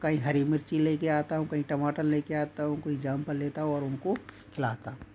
कहीं हरी मिर्ची लेके आता हूँ कहीं टमाटर लेके आता हूँ कोई जामफल लेता हूँ और उनको खिलाता हूँ